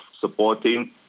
supporting